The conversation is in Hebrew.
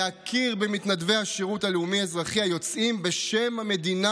להכיר במתנדבי השירות הלאומי-אזרחי היוצאים בשם המדינה